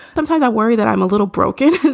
sometimes i worry that i'm a little broken, that,